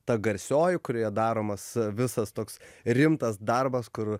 ta garsioji kurioje daromas visas toks rimtas darbas kur